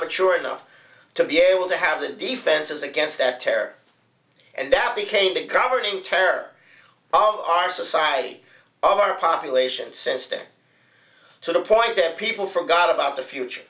mature enough to be able to have the defenses against that terror and that became the governing tear our society our population sense down to the point that people forgot about the future